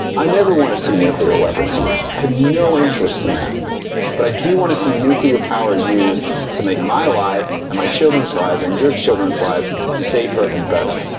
i never want to see nuclear weapons used. i have no interest in that but i do want to see nuclear power used to make my life, and my children's lives, and your children's lives safer and better.